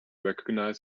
recognize